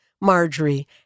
Marjorie